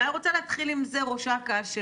ראש אכ"א,